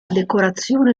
decorazione